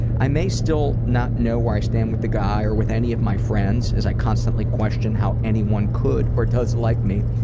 i may still not know where i stand with the guy or with any of my friends as i constantly question how anyone could or does like me.